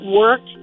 work